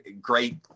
great